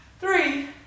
three